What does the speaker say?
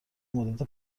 مدت